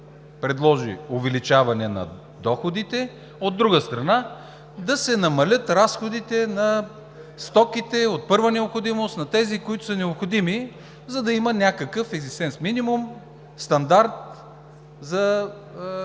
предложи увеличаване на доходите. От друга страна, да се намалят разходите на стоките от първа необходимост, на тези, които са необходими, за да има някакъв екзистенц-минимум стандарт за живеене при